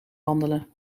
wandelen